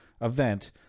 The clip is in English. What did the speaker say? event